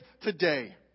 today